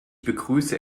begrüße